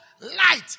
Light